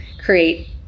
create